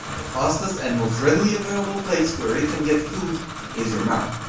the fastest and most readily available place where it can get food is your mouth.